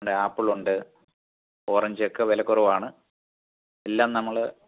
apple ഉണ്ട് orange ഒക്കെ വിലക്കുറവാണ് എല്ലാം നമ്മൾ